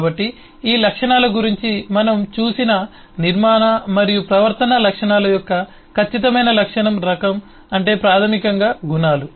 కాబట్టి ఈ లక్షణాల గురించి మనం చూసిన నిర్మాణ మరియు ప్రవర్తనా లక్షణాల యొక్క ఖచ్చితమైన లక్షణం రకం అంటే ప్రాథమికంగా గుణాలు